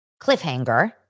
cliffhanger